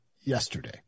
Yesterday